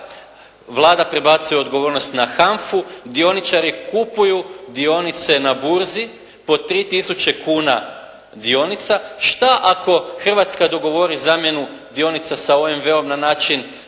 Vlada prebacuje odgovornost na HANFA-u, dioničari kupuju dionice na burzi po 3 tisuće kuna dionica. Šta ako Hrvatska dogovori zamjenu dionica sa OMV-om na način